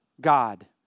God